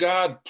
God